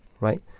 right